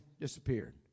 disappeared